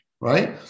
Right